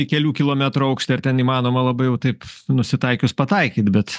į kelių kilometrų aukštį ar ten įmanoma labai jau taip nusitaikius pataikyt bet